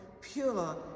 pure